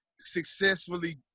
successfully